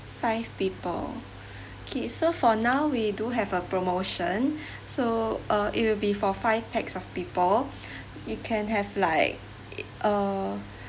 five people okay so for now we do have a promotion so uh it will be for five pax of people you can have like uh